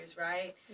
right